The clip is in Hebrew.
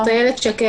אבל שאלה כללית: